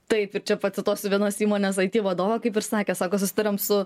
taip ir čia pacituosiu vienos įmonės it vadovą kaip ir sakė sako susitariam su